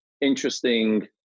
interesting